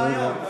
הגיע הזמן.